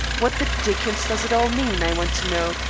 what the dickens does it all mean, i want to know?